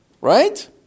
Right